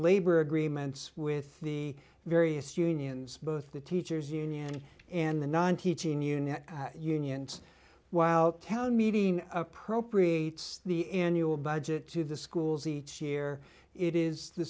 labor agreements with the various unions both the teachers union and the non teaching union unions while town meeting appropriates the annual budget to the schools each year it is the